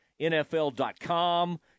NFL.com